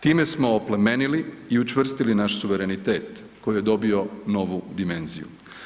Time smo oplemenili u učvrstili naš suverenitet koji je dobio novu dimenziju.